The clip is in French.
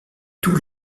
tous